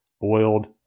boiled